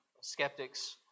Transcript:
skeptics